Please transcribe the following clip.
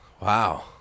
Wow